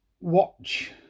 Watch